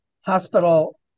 hospital